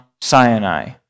Sinai